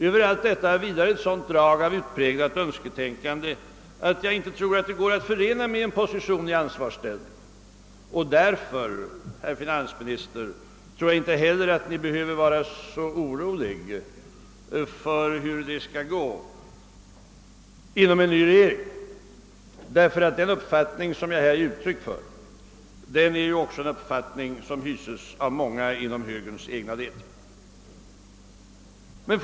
Över allt detta vilar ett sådant drag av utpräglat önsketänkande att jag inte tror att förslagen går att förena med en position i ansvarsställning. Därför, herr finansminister, tror inte heller jag att Ni behöver vara så orolig för hur det skall gå inom en ny regering. Den uppfattning som jag här ger uttryck för hyses av många även inom högerns egna led. Orealistiska förslag har ingen framtid.